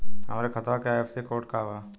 हमरे खतवा के आई.एफ.एस.सी कोड का बा?